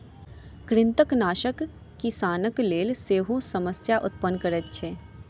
कृंतकनाशक किसानक लेल सेहो समस्या उत्पन्न करैत अछि